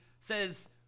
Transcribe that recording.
says